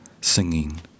singing